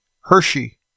Hershey